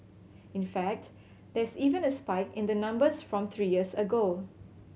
in fact there's even a spike in the numbers from three years ago